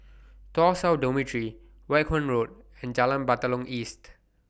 Tuas South Dormitory Vaughan Road and Jalan Batalong East